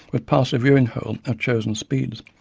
would pass a viewing hole at chosen speeds.